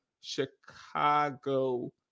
Chicago